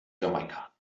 jamaika